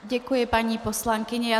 Děkuji paní poslankyni.